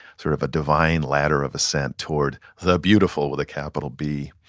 sort of a divine ladder of ascent towards the beautiful, with a capital b.